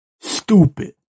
Stupid